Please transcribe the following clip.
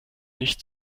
nicht